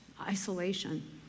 isolation